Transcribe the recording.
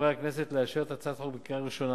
מחברי הכנסת לאשר את הצעת החוק בקריאה ראשונה